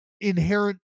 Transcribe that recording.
inherent